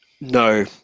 No